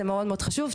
זה מאוד מאוד חשוב.